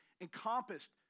encompassed